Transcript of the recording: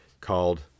called